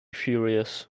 furious